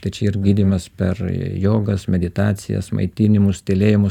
tai čia ir gydymas per jogas meditacijas maitinimus tylėjimų